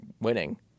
winning